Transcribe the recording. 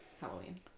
Halloween